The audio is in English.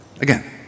Again